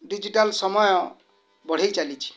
digital ସମୟ ବଢ଼ାଇ ଚାଲିଛି